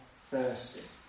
thirsty